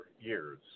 years